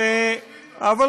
איזה ויכוח?